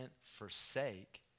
forsake